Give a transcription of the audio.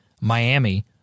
Miami